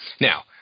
Now